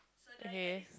okay